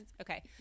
Okay